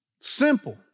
Simple